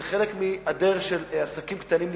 זה חלק מהדרך של עסקים קטנים להתפרנס.